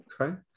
Okay